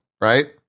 right